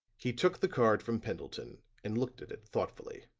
he took the card from pendleton and looked at it thoughtfully.